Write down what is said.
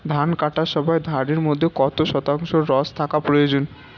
ধান কাটার সময় ধানের মধ্যে কত শতাংশ রস থাকা প্রয়োজন?